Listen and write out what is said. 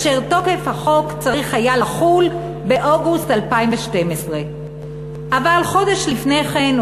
והחוק צריך היה לחול באוגוסט 2012. אבל חודש לפני כן,